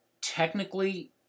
technically